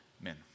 Amen